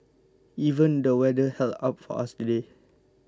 even the weather held up for us today